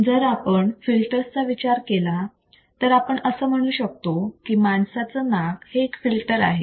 जर आपण फिल्टरचा विचार केला तर आपण असे म्हणू शकतो की माणसाचं नाक हे एक फिल्टर आहे